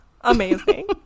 amazing